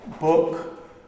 book